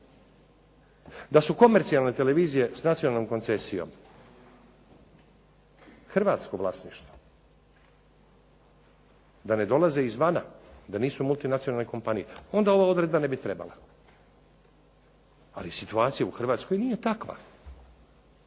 Da su komercijalne televizije s nacionalnom koncesijom hrvatsko vlasništvo, da ne dolaze izvana, da nisu multinacionalne kompanije, onda ova odredba ne bi trebala, ali situacija u Hrvatskoj nije takva.